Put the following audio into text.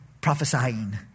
prophesying